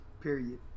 period